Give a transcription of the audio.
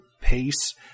pace